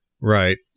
Right